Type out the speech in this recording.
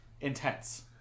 intense